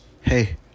Hey